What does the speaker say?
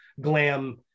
glam